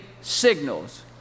signals